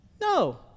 No